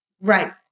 Right